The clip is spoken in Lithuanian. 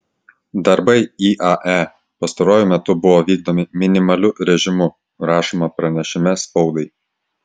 darbai iae pastaruoju metu buvo vykdomi minimaliu režimu rašoma pranešime spaudai